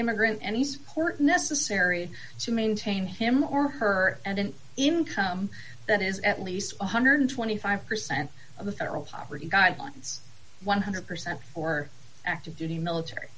immigrant any support necessary to maintain him or her and an income that is at least one hundred and twenty five percent of the federal poverty guidelines one hundred percent for active duty military